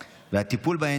נתקבלה.